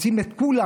רוצים את כולם.